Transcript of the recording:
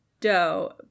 dough